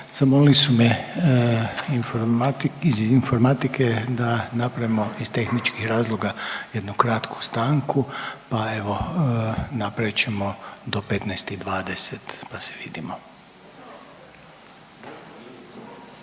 Zamolili su me iz informatike da napravimo iz tehničkih razloga jednu kratku stanku, pa evo napravit ćemo do 15 i 20, pa se vidimo.